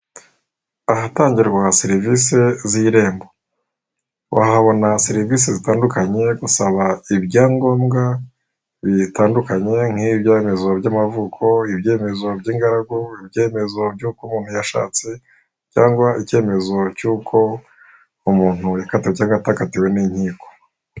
Ahatangirwa serivisi z'irembo. Wahabona serivisi zitandukanye gusaba ibyangombwa biyitandukanye nk'ibyemezo by'amavuko, ibyemezo by'ingaragu, ibyemezo by'uko umuntu yashatse cyangwa icyemezo cy'uko umuntu yakatiwe cyangwa ko atakatiwe n'inkiko.